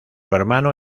hermano